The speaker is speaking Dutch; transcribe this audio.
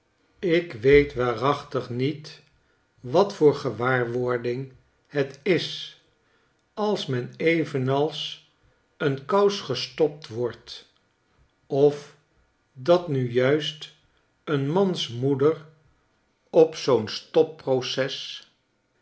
ik weet waarachtig niet wat voor gewaarwording het is als men evenals een kousgestopt wordt of dat nu juist een mans moeder op zoo'n